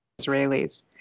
Israelis